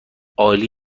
عالی